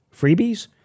Freebies